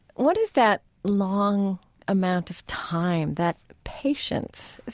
what is that long amount of time, that patience?